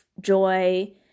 joy